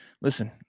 listen